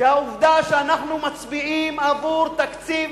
שהעובדה שאנחנו מצביעים עבור תקציב